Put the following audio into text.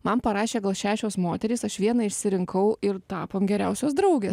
man parašė gal šešios moterys aš vieną išsirinkau ir tapom geriausios draugės